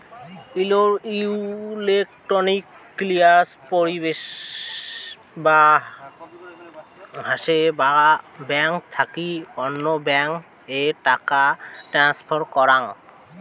electronic clearing পরিষেবা হসে আক ব্যাঙ্ক থাকি অল্য ব্যাঙ্ক এ টাকা ট্রান্সফার করাঙ